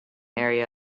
area